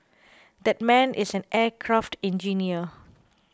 that man is an aircraft engineer